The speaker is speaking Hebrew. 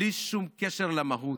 בלי שום קשר למהות,